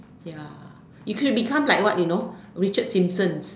ya you could have become like what you know Richard-Simpsons